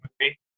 movie